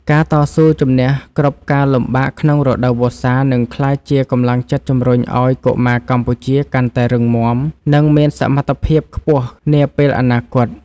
ការតស៊ូជម្នះគ្រប់ការលំបាកក្នុងរដូវវស្សា នឹងក្លាយជាកម្លាំងចិត្តជម្រុញឱ្យកុមារកម្ពុជាកាន់តែរឹងមាំ និង មានសមត្ថភាពខ្ពស់នាពេលអនាគត។